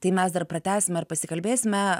tai mes dar pratęsime ir pasikalbėsime